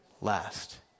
last